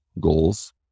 goals